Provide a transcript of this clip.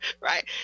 right